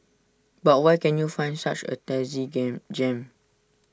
but where can you find such A tasty game gem